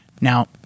Now